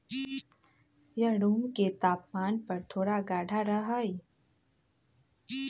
यह रूम के तापमान पर थोड़ा गाढ़ा रहा हई